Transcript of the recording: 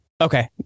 Okay